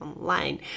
online